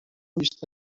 بیشتر